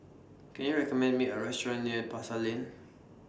Can YOU recommend Me A Restaurant near Pasar Lane